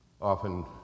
Often